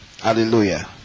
Hallelujah